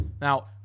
now